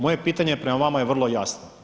Moje pitanje je prema vama je vrlo jasno.